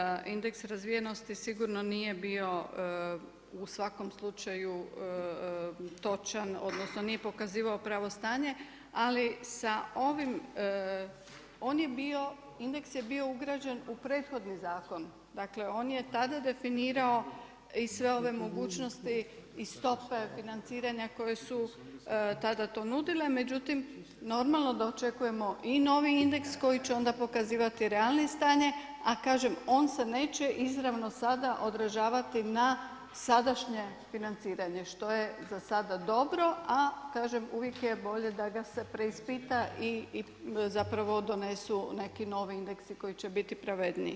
Da, točno je da indeks razvijenosti sigurno nije bio u svakom slučaju točan odnosno nije pokazivao pravo stanje, ali sa ovim onim indeks je bio ugrađen u prethodni zakon, dakle on je tada definirao i sve ove mogućnosti i stope financiranja koje su tada to nudile, međutim normalno je da očekujemo i novi indeks koji će onda pokazivati realnije stanje, a kažem on se neće izravno sada odražavati na sadašnje financiranje što je za sada dobro, a kažem uvijek je bolje da ga se preispita i donesu neki novi indeksi koji će biti pravedniji.